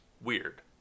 weird